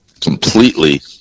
completely